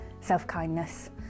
self-kindness